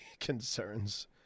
Concerns